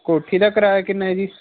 ਕੋਠੀ ਦਾ ਕਿਰਾਇਆ ਕਿੰਨਾ ਹੈ ਜੀ